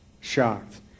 shocked